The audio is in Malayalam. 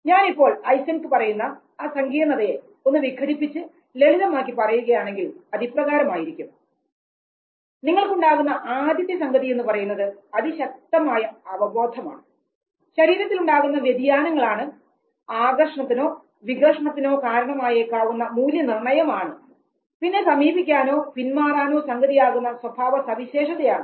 ഞാൻ ഇപ്പോൾ ഐസെൻക്ക് പറയുന്ന ആ സങ്കീർണതയെ ഒന്ന് വിഘടിപ്പിച്ചു ലളിതമാക്കി പറയുകയാണെങ്കിൽ അതിപ്രകാരമായിരിക്കും നിങ്ങൾക്കുണ്ടാകുന്ന ആദ്യത്തെ സംഗതി എന്ന് പറയുന്നത് അതിശക്തമായ അവബോധമാണ് ശരീരത്തിലുണ്ടാകുന്ന വ്യതിയാനങ്ങളാണ് ആകർഷണത്തിനോ വികർഷണത്തിനോ കാരണമായേക്കാവുന്ന മൂല്യനിർണയമാണ് പിന്നെ സമീപിക്കാനോ പിന്മാറാനോ സംഗതിയാകുന്ന സ്വഭാവ സവിശേഷതയാണ്